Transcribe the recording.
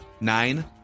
Nine